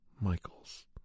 Michaels